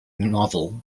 novel